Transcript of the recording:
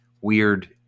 weird